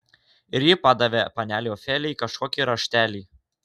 ir ji padavė panelei ofelijai kažkokį raštelį